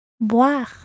Boire